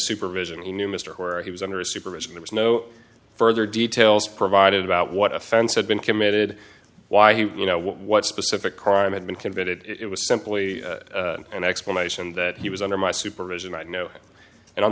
supervision he knew mr where he was under supervision there was no further details provided about what offense had been committed why he you know what specific crime had been committed it was simply an explanation that he was under my supervision i know and on